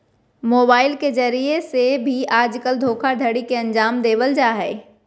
mobile के जरिये से भी आजकल धोखाधडी के अन्जाम देवल जा हय